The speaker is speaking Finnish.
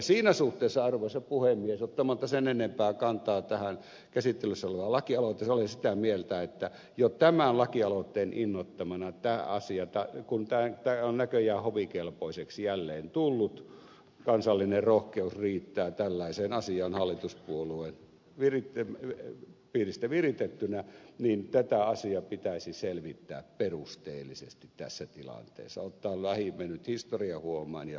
siinä suhteessa arvoisa puhemies ottamatta sen enempää kantaa tähän käsittelyssä olevaan lakialoitteeseen olen sitä mieltä että jo tämän lakialoitteen innoittamana tämä asia kun tämä on näköjään hovikelpoiseksi jälleen tullut kansallinen rohkeus riittää tällaiseen asiaan hallituspuolueen piiristä viritettynä pitäisi selvittää perusteellisesti tässä tilanteessa ottaa lähimennyt historia huomioon ja rakentavasti tulevaisuus huomioon